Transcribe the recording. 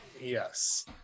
Yes